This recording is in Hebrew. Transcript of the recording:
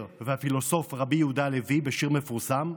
והפילוסוף רבי יהודה הלוי בשיר מפורסם,